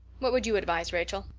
what would you advise, rachel?